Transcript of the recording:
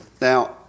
Now